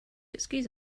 excuse